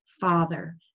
father